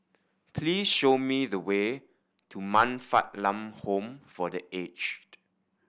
please show me the way to Man Fatt Lam Home for The Aged